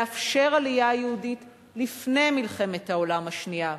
לאפשר עלייה יהודית לפני מלחמת העולם השנייה.